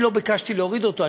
אני לא ביקשתי להוריד אותו.